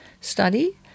study